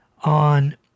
on